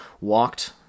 walked